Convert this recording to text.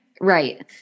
Right